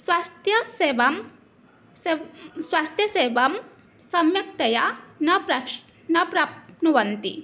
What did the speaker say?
स्वास्थ्यसेवां सम् स्वास्थ्यसेवां सम्यक्तया न प्राक्ष् न प्राप्नुवन्ति